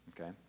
Okay